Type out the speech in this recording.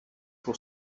pour